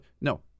No